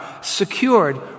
secured